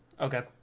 Okay